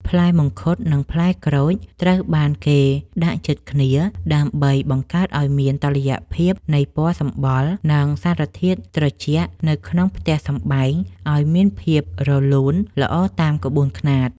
ផ្លែមង្ឃុតនិងផ្លែក្រូចត្រូវបានគេដាក់ជិតគ្នាដើម្បីបង្កើតឱ្យមានតុល្យភាពនៃពណ៌សម្បុរ និង សារធាតុត្រជាក់នៅក្នុងផ្ទះសម្បែងឱ្យមានភាពរលូនល្អតាមក្បួនខ្នាត។